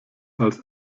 als